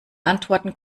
antworten